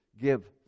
give